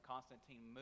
Constantine